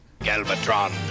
Galvatron